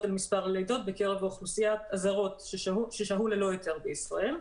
על מספר הלידות בקרב אוכלוסיית הזרות ששהו ללא היתר בישראל.